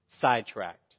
sidetracked